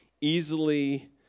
easily